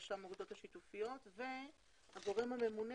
רשם האגודות השיתופיות והגורם הממונה